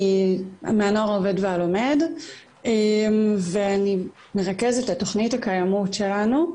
מהנוער העובד והלומד ואני מרכזת את תוכנית הקיימות שלנו,